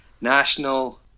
National